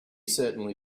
certainly